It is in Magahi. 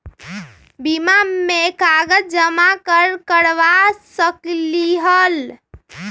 बीमा में कागज जमाकर करवा सकलीहल?